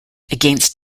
against